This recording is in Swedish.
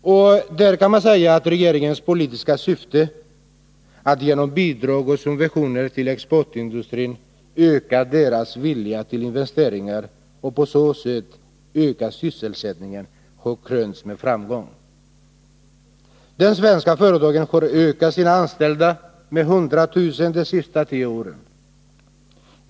Och där kan man säga att regeringens politiska syfte, att genom bidrag och subventioner till exportindustrin öka dess vilja till investeringar och på så sätt öka sysselsättningen, har krönts med framgång. De svenska företagen har ökat antalet anställda med 100 000 de senaste tio åren.